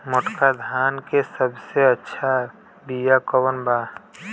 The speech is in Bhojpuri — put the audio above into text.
मोटका धान के सबसे अच्छा बिया कवन बा?